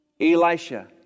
Elisha